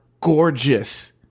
gorgeous